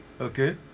Okay